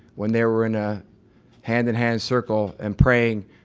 when they were in a hand in hand circle and praying,